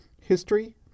history